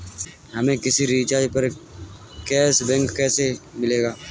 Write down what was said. हमें किसी रिचार्ज पर कैशबैक कैसे मिलेगा?